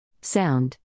Sound